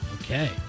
Okay